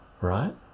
right